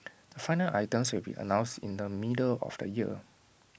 the final items will be announced in the middle of the year